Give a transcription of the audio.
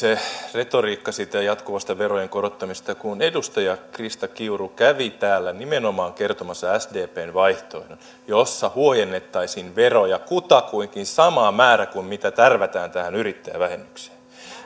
retoriikka siitä jatkuvasta verojen korottamisesta edustaja krista kiuru kävi täällä nimenomaan kertomassa sdpn vaihtoehdon jossa huojennettaisiin veroja kutakuinkin sama määrä kuin mitä tärvätään tähän yrittäjävähennykseen